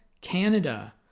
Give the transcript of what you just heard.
Canada